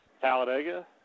Talladega